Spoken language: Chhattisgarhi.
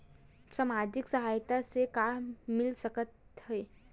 सामाजिक सहायता से का मिल सकत हे?